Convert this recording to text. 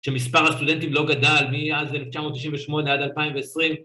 שמספר הסטודנטים לא גדל מאז 1998 עד 2020.